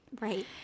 right